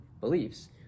beliefs